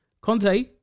Conte